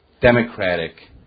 democratic